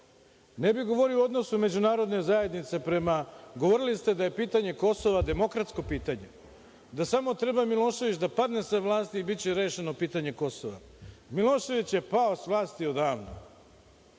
ne bih govorio o odnosu međunarodne zajednice. Govorili ste da je pitanje Kosova demokratsko pitanje, da samo treba Milošević da padne sa vlasti i biće rešeno pitanje Kosova. Milošević je pao sa vlasti odavno.